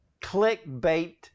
clickbait